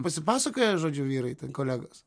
pasipasakoja žodžiu vyrai ten kolegos